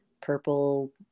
purple